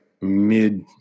mid